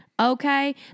okay